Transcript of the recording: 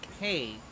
hey